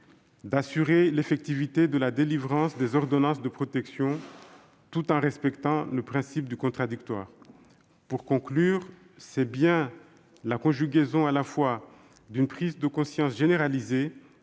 d'assurer l'effectivité de la délivrance des ordonnances de protection, tout en respectant le principe du contradictoire. Pour conclure, je soulignerai que c'est bien la conjugaison d'une prise de conscience généralisée,